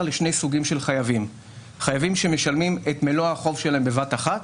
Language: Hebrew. לשני סוגים של חייבים; חייבים שמשלמים את מלוא החוב שלהם בבת אחת